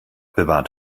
bewahrt